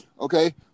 okay